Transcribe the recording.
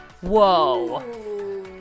Whoa